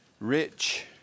Rich